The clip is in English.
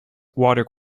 water